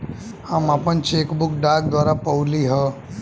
हम आपन cheque book डाक द्वारा पउली है